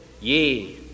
ye